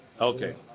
Okay